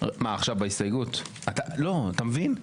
אתה מבין?